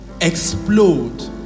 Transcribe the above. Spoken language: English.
explode